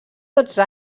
dotze